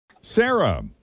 Sarah